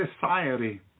society